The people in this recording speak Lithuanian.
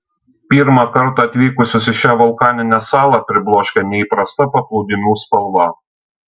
pirmą kartą atvykusius į šią vulkaninę salą pribloškia neįprasta paplūdimių spalva